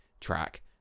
track